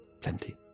Plenty